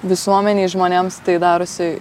visuomenei žmonėms tai darosi